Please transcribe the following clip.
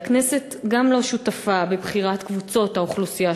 והכנסת גם לא שותפה בבחירת קבוצות האוכלוסייה